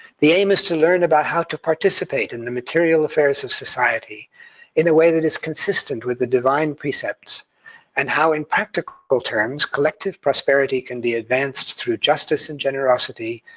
the aim is to learn about how to participate in the material affairs of society in a way that is consistent with divine precepts and how, in practical terms, collective prosperity can be advanced through justice and generosity,